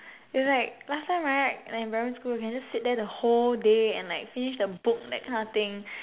it's like last time right when in primary school you can just sit there the whole day and like finish the book that kind of thing